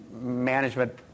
management